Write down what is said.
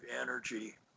energy